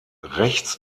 rechts